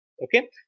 Okay